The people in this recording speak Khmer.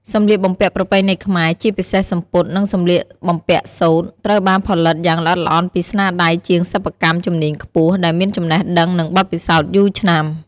សម្លៀកបំពាក់ប្រពៃណីខ្មែរ ជាពិសេសសំពត់ និងសម្លៀកបំពាក់សូត្រ ត្រូវបានផលិតយ៉ាងល្អិតល្អន់ពីស្នាដៃជាងសិប្បកម្មជំនាញខ្ពស់ ដែលមានចំណេះដឹង និងបទពិសោធន៍យូរឆ្នាំ។